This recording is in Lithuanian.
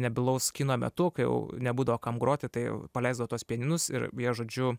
nebylaus kino metu kai jau nebūdavo kam groti tai paleisdavo tuos pianinus ir jie žodžiu